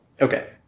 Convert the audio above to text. Okay